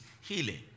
healing